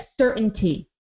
certainty